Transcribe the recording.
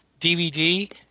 DVD